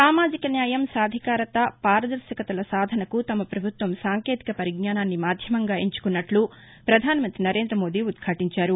సామాజిక న్యాయం సాధికారత పారదర్శకతల సాధనకు తమ పభుత్వం సాంకేతిక పరిజ్ఞానాన్ని మాధ్యమంగా ఎంచుకున్నట్ల ప్రధానమంతి నరేంద్రమోదీ ఉద్యాటించారు